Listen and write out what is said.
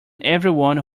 everyone